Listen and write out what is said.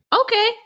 Okay